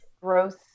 gross